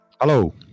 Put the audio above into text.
Hello